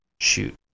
shoot